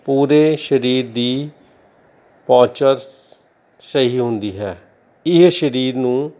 ਪੂਰੇ ਸਰੀਰ ਦੀ ਪੋਚਰਸ ਸਹੀ ਹੁੰਦੀ ਹੈ ਇਹ ਸਰੀਰ ਨੂੰ